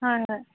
হয় হয়